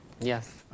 Yes